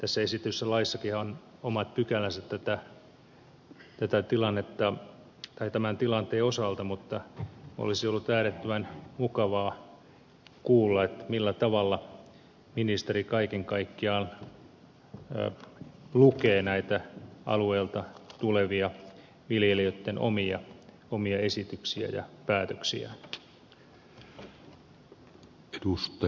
tässä esitetyssä laissahan on omat pykälänsä tämän tilanteen osalta mutta olisi ollut äärettömän mukavaa kuulla millä tavalla ministeri kaiken kaikkiaan lukee näiltä alueilta tulevia viljelijöitten omia esityksiä ja päätöksiä